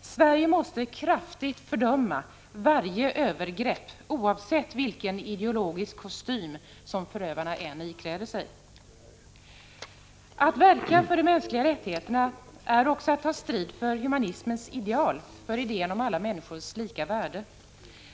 Sverige måste kraftigt fördöma varje övergrepp oavsett vilken ideologisk kostym som förövarna ikläder sig. Att verka för de mänskliga rättigheterna är också att ta ställning för humanismens ideal, för idén om alla människors lika värde.